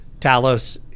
Talos